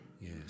Yes